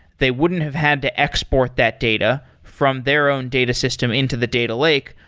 they wouldn't have had to export that data from their own data system into the data lake.